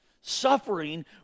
suffering